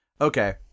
okay